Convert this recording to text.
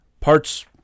parts